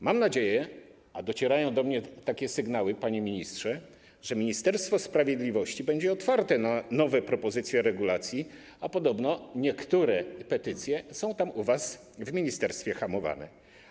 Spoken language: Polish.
Mam nadzieję - a docierają do mnie takie sygnały, panie ministrze - że Ministerstwo Sprawiedliwości będzie otwarte na nowe propozycje regulacji, a podobno niektóre petycje są tam u was w ministerstwie hamowane.